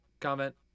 comment